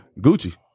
Gucci